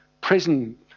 prison